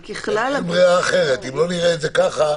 אם לא נראה את זה כך,